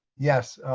yes.